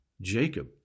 Jacob